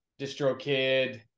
Distrokid